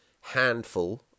handful